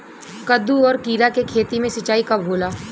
कदु और किरा के खेती में सिंचाई कब होला?